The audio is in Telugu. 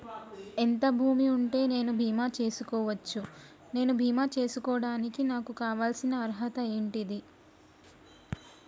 ఎంత భూమి ఉంటే నేను బీమా చేసుకోవచ్చు? నేను బీమా చేసుకోవడానికి నాకు కావాల్సిన అర్హత ఏంటిది?